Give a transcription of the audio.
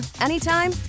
anytime